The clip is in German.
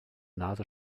nase